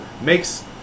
Makes